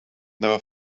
never